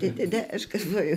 tai tada aš galvoju